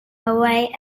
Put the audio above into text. away